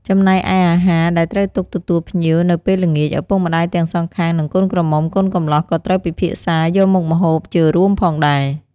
ចំណែកឯអាហារដែលត្រូវទុកទទួលភ្ញៀវនៅពេលល្ងាច ឪពុកម្តាយទាំងសងខាង និងកូនក្រមុំកូនកំលោះក៏ត្រូវពិភាក្សាយកមុខម្ហូបជារួមផងដែរ។